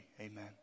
Amen